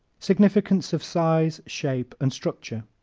significance of size, shape and structure